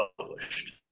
published